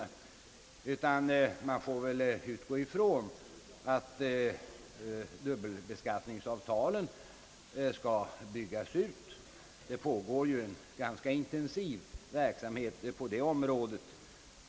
Man får väl utgå ifrån att dubbelbeskattningsavtalen skall byggas ut. Det pågår ju en ganska intensiv verksamhet på det området.